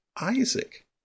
Isaac